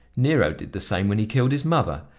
nero did the same when he killed his mother.